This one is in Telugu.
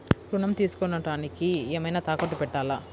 ఋణం తీసుకొనుటానికి ఏమైనా తాకట్టు పెట్టాలా?